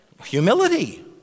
Humility